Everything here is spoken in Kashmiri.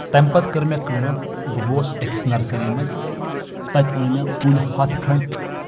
تمہِ پتہٕ کٔر مےٚ کٲم بہٕ گوس أکِس نرسٔری منٛز تَتہِ اوٚن مےٚ کُلۍ ہتھ کھنٛڈ